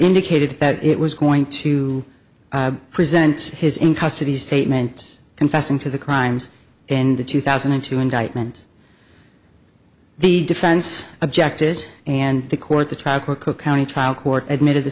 indicated that it was going to present his in custody statement confessing to the crimes in the two thousand and two indictment the defense objected and the court the tracker cook county trial court admitted the